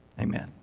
Amen